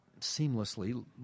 seamlessly